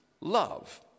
love